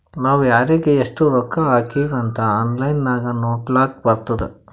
ನಾವ್ ಯಾರಿಗ್ ಎಷ್ಟ ರೊಕ್ಕಾ ಹಾಕಿವ್ ಅಂತ್ ಆನ್ಲೈನ್ ನಾಗ್ ನೋಡ್ಲಕ್ ಬರ್ತುದ್